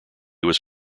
was